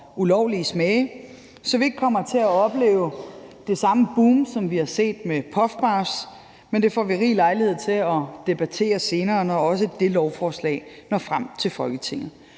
ulovlige smage, så vi ikke kommer til at opleve det samme boom, som vi har set med puffbars, men det får vi rig lejlighed til at debattere senere, når også det lovforslag når frem til Folketinget.